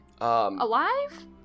Alive